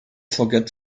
forget